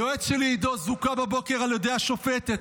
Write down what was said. היועץ שלי עידו זוכה בבוקר על ידי השופטת.